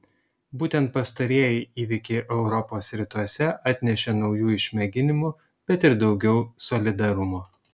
būtent pastarieji įvykiai europos rytuose atnešė naujų išmėginimų bet ir daugiau solidarumo